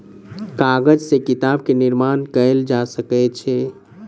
कागज से किताब के निर्माण कयल जा सकै छै